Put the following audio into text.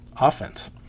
offense